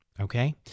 Okay